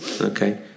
Okay